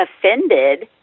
offended